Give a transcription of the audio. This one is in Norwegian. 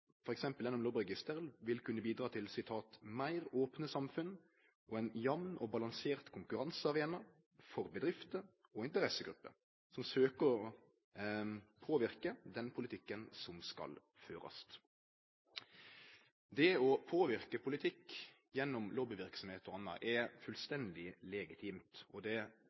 gjennom lobbyregister, vil kunne bidra til «mer åpne samfunn og en jevn og balansert konkurransearena for bedrifter og interessentgrupper som søker å utvikle den politikken som skal føres». Det å påverke politikk gjennom lobbyverksemd og anna er fullstendig legitimt, og det